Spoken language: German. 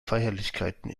feierlichkeiten